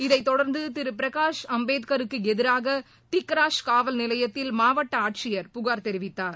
இதைத் தொடர்ந்து திரு பிரகாஷ் அம்பேத்கருக்கு எதிராக திக்ராஷ் காவல் நிலையத்தில் மாவட்ட ஆட்சியர் புகார் தெரிவித்தார்